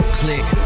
click